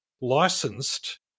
Licensed